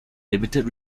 limited